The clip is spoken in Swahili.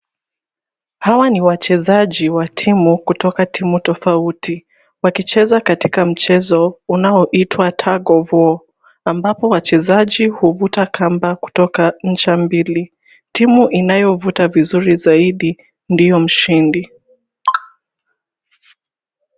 Hawa ni wachezaji wa timu kutoka timu tofauti wakicheza katika mchezo unaoitwa tag of war , ambapo wachezaji huvuta kamba kutoka ncha mbili. Timu inayovuta vizuri zaidi ndiyo mshindi.